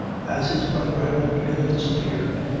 as his brother had altogether disappeared,